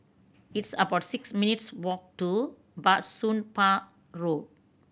it's about six minutes' walk to Bah Soon Pah Road